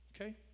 Okay